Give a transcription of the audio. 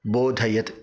बोधयत्